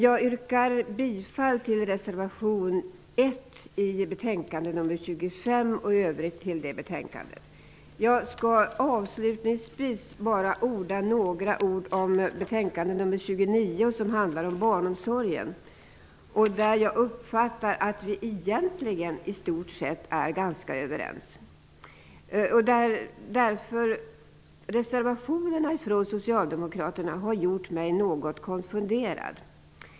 Jag yrkar bifall till reservation 1 till betänkande nr Jag skall avslutningsvis bara orda något om betänkande nr 29, som handlar om barnomsorgen. Där uppfattar jag att vi egentlien i stort sett är överens. Reservationerna från Socialdemokraterna har gjort mig något konfunderad.